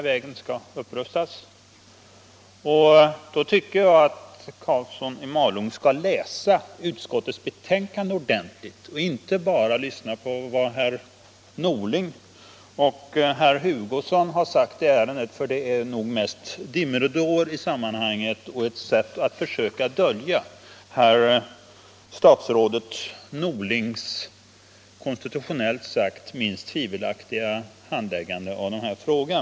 Jag tycker att herr Karlsson skall läsa utskottsbetänkandet ordentligt och inte bara lyssna på vad herrar Norling och Hugosson sagt i ärendet. Detta är nog mest dimridåer och försök att dölja statsrådet Norlings konstitutionellt sett minst sagt tvivelaktiga handläggning av denna fråga.